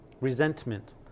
Resentment